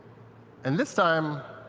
and this time,